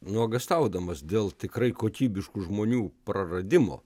nuogąstaudamas dėl tikrai kokybiškų žmonių praradimo